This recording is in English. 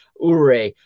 Ure